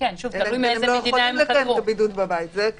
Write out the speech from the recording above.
אלא אם הם לא יכולים לקיים את הבידוד בבית.